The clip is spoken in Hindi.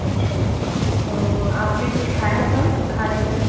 अच्छा तो आपने कुछ खाया था खाने में